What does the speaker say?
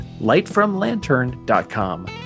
lightfromlantern.com